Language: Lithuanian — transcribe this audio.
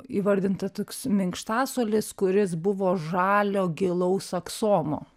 įvardinta toks minkštasuolis kuris buvo žalio gilaus aksomo